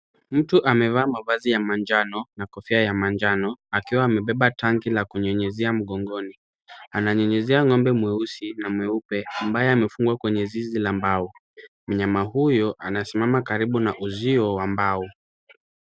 Mtu amevaa mavazi ya manjano na kofia ya manjano, akiwa amebeba tanki la kunyunyizia mgongoni, ananyunyizia ng'ombe mweusi na mweupe, ambaye amefungwa kwenye zizi la mbao. Mnyama huyo anasimama karibu na uzio wa mbao.